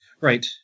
Right